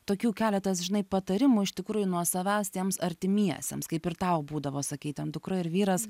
tokių keletas žinai patarimų iš tikrųjų nuo savęs tiems artimiesiems kaip ir tau būdavo sakei ten dukra ir vyras